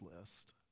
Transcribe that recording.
list